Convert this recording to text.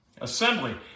Assembly